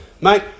Mate